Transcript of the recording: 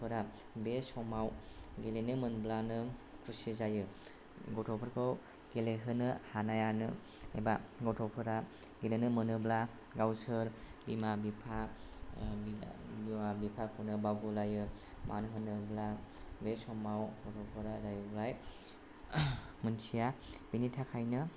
गथ'फोरा बे समाव गेलेनो मोनब्लानो खुसि जायो गथ'फोरखौ गेलेहोनो हानायानो एबा गथ'फोरा गेलेनो मोनोब्ला गावसोर बिमा बिफा बिमा बिफाखौनो बावगुलायो मानो होनोब्ला बे समाव उन्दैफोरा जाहैबाय मिन्थिया बेनि थाखायनो